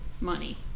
money